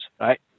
right